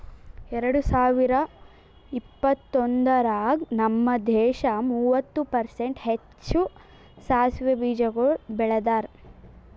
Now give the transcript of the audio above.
ಎರಡ ಸಾವಿರ ಇಪ್ಪತ್ತೊಂದರಾಗ್ ನಮ್ ದೇಶ ಮೂವತ್ತು ಪರ್ಸೆಂಟ್ ಹೆಚ್ಚು ಸಾಸವೆ ಬೀಜಗೊಳ್ ಬೆಳದಾರ್